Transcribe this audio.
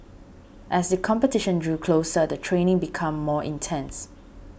as the competition drew closer the training became more intense